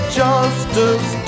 justice